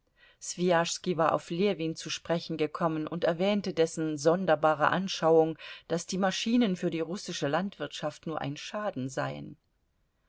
swijaschski war auf ljewin zu sprechen gekommen und erwähnte dessen sonderbare anschauung daß die maschinen für die russische landwirtschaft nur ein schaden seien